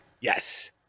Yes